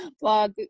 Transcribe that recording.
blog